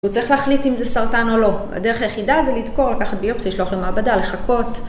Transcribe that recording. הוא צריך להחליט אם זה סרטן או לא. הדרך היחידה זה לדקור, לקחת ביופסיה, לשלוח למעבדה, לחכות.